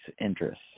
interests